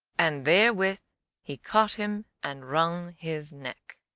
and therewith he caught him and wrung his neck.